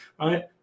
right